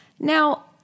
Now